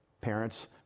Parents